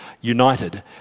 united